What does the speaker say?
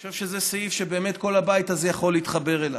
אני חושב שזה סעיף שכל הבית הזה יכול להתחבר אליו.